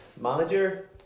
manager